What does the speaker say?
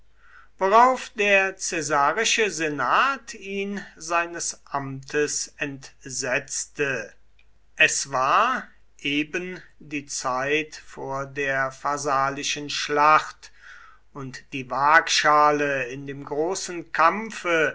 worauf der caesarische senat ihn seines amtes entsetzte es war eben die zeit vor der pharsalischen schlacht und die waagschale in dem großen kampfe